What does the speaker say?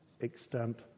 extent